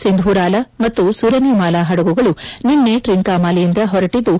ಸಿಂಧೂರಲಾ ಮತ್ತು ಸುರನಿಮಾಲಾ ಪಡಗುಗಳು ನಿನ್ನೆ ಟ್ರಿಂಕಾಮಲಿಯಿಂದ ಹೊರಟಿದ್ದು